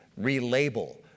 relabel